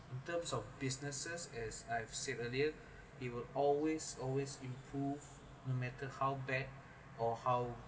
in terms of businesses as I've said earlier it will always always improve no matter how bad or how